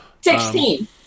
Sixteen